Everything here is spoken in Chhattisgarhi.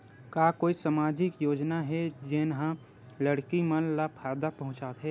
का कोई समाजिक योजना हे, जेन हा लड़की मन ला फायदा पहुंचाथे?